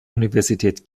universität